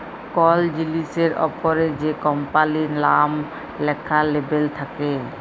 call জিলিসের অপরে যে কম্পালির লাম ল্যাখা লেবেল থাক্যে